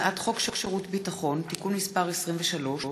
הצעת חוק שירות ביטחון (תיקון מס' 23)